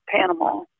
Panama